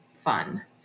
fun